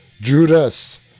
Judas